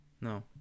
no